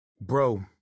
Bro